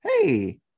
Hey